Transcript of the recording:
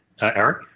Eric